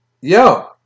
Yo